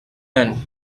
done